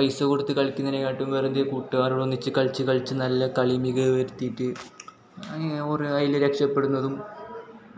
പൈസ കൊടുത്ത് കളിക്കുന്നതിനെ കാട്ടിയും വെറുതെ കൂട്ടുകാരോടൊന്നിച്ച് കളിച്ച് കളിച്ച് നല്ല കളി മികവ് വരുത്തിയിട്ട് അങ്ങനെ ഓര് അതിൽ രക്ഷപ്പെടുന്നതും